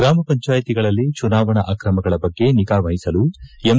ಗ್ರಾಮ ಪಂಜಾಯಿತಿಗಳಲ್ಲಿ ಚುನಾವಣಾ ಅಕ್ರಮಗಳ ಬಗ್ಗೆ ನಿಗಾವಹಿಸಲು ಎಂ